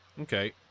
Okay